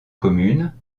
commune